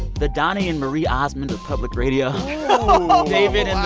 the donny and marie osmond of public radio. oh, wow david and